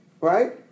Right